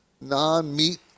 non-meat